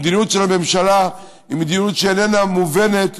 המדיניות של הממשלה היא מדיניות שאיננה מובנת,